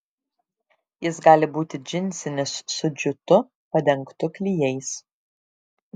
jis gali būti džinsinis su džiutu padengtu klijais